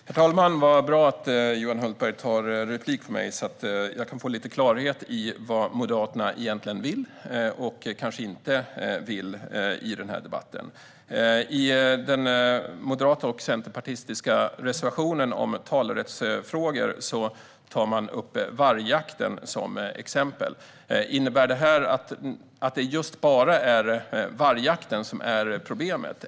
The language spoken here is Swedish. Herr talman! Vad bra att Johan Hultberg begär replik! Då kan jag i denna debatt få lite klarhet i vad Moderaterna egentligen vill och kanske inte vill. I den moderata och centerpartistiska reservationen om talerättsfrågor tar man upp vargjakten som exempel. Innebär det att det bara är vargjakten som är problemet?